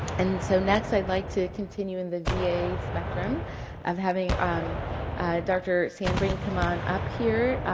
and so next i'd like to continue in the v a. spectrum of having um dr. sandbrink come on up here.